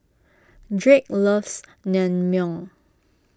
Drake loves Naengmyeon